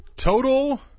Total